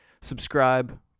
Subscribe